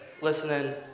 listening